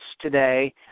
today